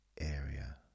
area